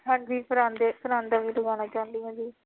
ਹਾਂਜੀ ਪਰਾਂਦੇ ਪਰਾਂਦਾ ਵੀ ਲਗਾਉਣਾ ਚਾਹੁੰਦੀ ਹਾਂ ਜੀ